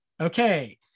okay